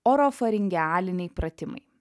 orofaringialiniai pratimai